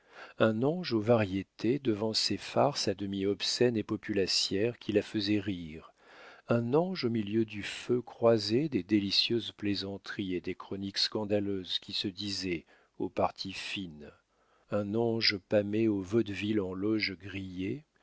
un ange aux variétés devant ces farces à demi obscènes et populacières qui la faisaient rire un ange au milieu du feu croisé des délicieuses plaisanteries et des chroniques scandaleuses qui se disaient aux parties fines un ange pâmée au vaudeville en loge grillée